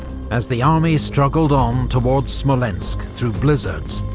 as the army struggled on towards smolensk through blizzards,